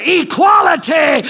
equality